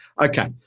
Okay